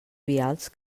vials